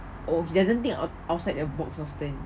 oh he doesn't think outside the box often